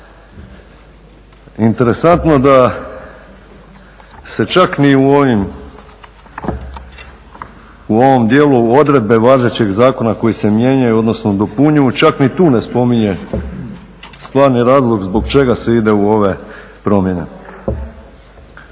Interesantno da se čak ni u ovom dijelu odredbe važećeg zakona koje se mijenjaju odnosno dopunjuju čak ni tu ne spominje stvarni razlog zbog čega se ide u ove promjene.